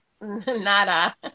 nada